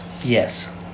yes